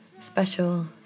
special